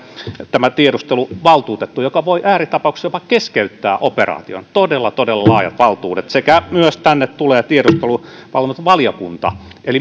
tämä tiedusteluvaltuutettu joka voi ääritapauksissa jopa keskeyttää operaation todella todella laajat valtuudet sekä tänne tulee myös tiedusteluvalvontavaliokunta